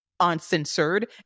uncensored